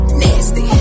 nasty